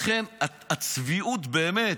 לכן, הצביעות, באמת,